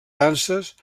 danses